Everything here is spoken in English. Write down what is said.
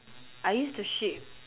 I used to